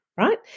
right